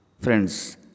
Friends